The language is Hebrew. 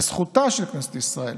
לזכותה של כנסת ישראל.